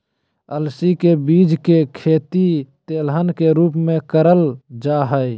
अलसी के बीज के खेती तेलहन के रूप मे करल जा हई